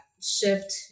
shift